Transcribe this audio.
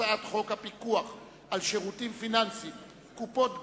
הצעת חוק הפיקוח על שירותים פיננסיים (קופות גמל)